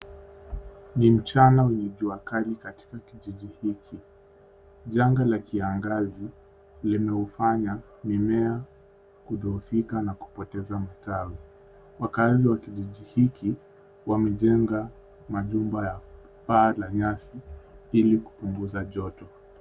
Ni mchana wenye jua kali katika kijiji hiki. Janga la kiangazi limeufanya mimea kudhoofika na kupoteza matawi. Wakaazi wa kijiji hiki wamejenga majumba ya paa la nyasi, ili kupunguza joto.